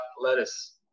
lettuce